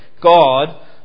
God